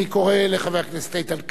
אני קורא לחבר הכנסת איתן כבל,